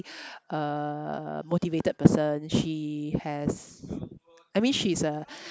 uh motivated person she has I mean she's a